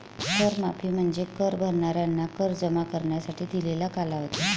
कर माफी म्हणजे कर भरणाऱ्यांना कर जमा करण्यासाठी दिलेला कालावधी